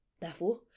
Therefore